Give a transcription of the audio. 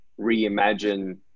reimagine